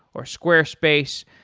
or squarespace,